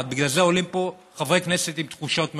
1. בגלל זה עולים פה חברי כנסת עם תחושות מעורבות.